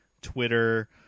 twitter